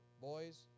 boys